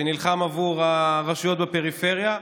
שנלחם בעבור הרשויות בפריפריה,